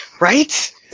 Right